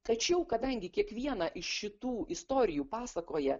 tačiau kadangi kiekvieną iš šitų istorijų pasakoja